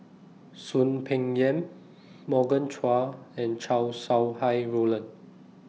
Soon Peng Yam Morgan Chua and Chow Sau Hai Roland